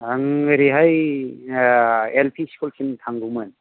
आं ओरैहाय L P स्कुलथिं थांगौमोन